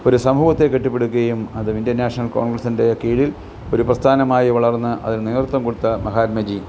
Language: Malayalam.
ഒരു സമൂഹത്തെ കെട്ടിപ്പടുക്കുകയും അത് ഇന്ത്യൻ നാഷണൽ കോൺഗ്രസ്സിൻ്റെ കീഴിൽ ഒരു പ്രസ്ഥാനമായി വളർന്ന് അതിൽ നേതൃത്വം കൊടുത്ത മഹാത്മജി